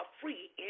free